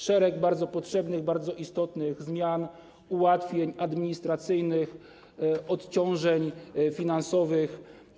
Szereg bardzo potrzebnych, bardzo istotnych zmian, ułatwień administracyjnych, odciążeń finansowych.